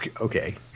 Okay